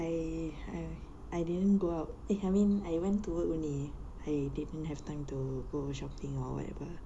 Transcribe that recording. I I I didn't go out eh I mean I went to work only I didn't have time to go shopping or whatever